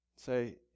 say